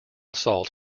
salt